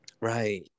Right